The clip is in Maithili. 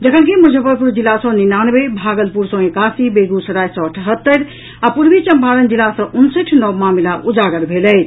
जखनकि मुजफ्फरपुर जिला सँ निनानवे भागलपुर सँ एकासी बेगूसराय सँ अठहत्तरि आ पूर्वी चंपारण जिला सँ उनसठि नव मामिला उजागर भेल अछि